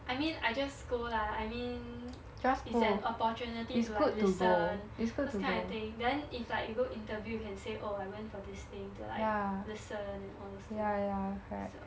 I mean I just go lah I mean it's an opportunity to like listen those kind of thing then if like you go interview you can say oh I went for this thing to like listen and all those things